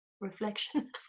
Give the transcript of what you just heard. reflection